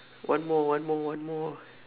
one more one more one more